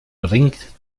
bringt